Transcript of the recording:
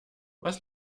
was